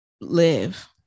live